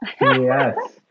Yes